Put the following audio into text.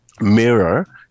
mirror